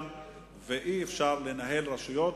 ואי-אפשר לנהל רשויות